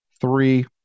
Three